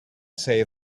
say